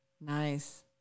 nice